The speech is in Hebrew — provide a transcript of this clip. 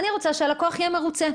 ואני רוצה שהלקוח יהיה מרוצה.